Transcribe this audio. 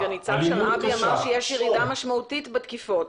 סגן ניצב שרעבי אמר שיש ירידה משמעותית בתקיפות.